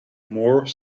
more